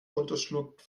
runterschluckt